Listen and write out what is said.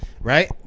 Right